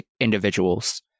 individuals